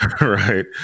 right